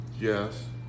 Yes